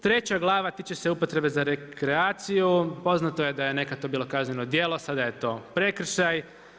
Treća glava tiče se upotrebe za rekreaciju, poznato je da je nekad to bilo kazneno dijelu, sada je to prekršaj.